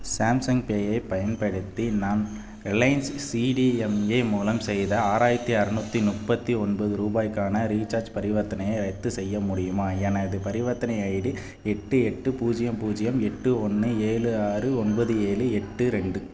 Samsung Pay ஐப் பயன்படுத்தி நான் ரிலையன்ஸ் சிடிஎம்ஏ மூலம் செய்த ஆறாயிரத்து அறுநூற்றி முப்பத்தி ஒன்பது ரூபாய்க்கான ரீசார்ஜ் பரிவர்த்தனையை ரத்து செய்ய முடியுமா எனது பரிவர்த்தனை ஐடி எட்டு எட்டு பூஜ்ஜியம் பூஜ்ஜியம் எட்டு ஒன்று ஏழு ஆறு ஒன்பது ஏழு எட்டு ரெண்டு